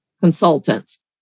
consultants